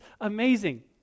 amazing